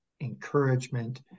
encouragement